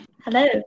Hello